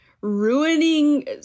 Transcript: ruining